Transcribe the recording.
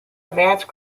advanced